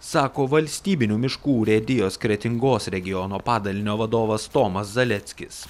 sako valstybinių miškų urėdijos kretingos regiono padalinio vadovas tomas zaleckis